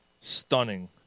Stunning